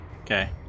Okay